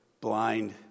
blind